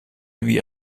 wie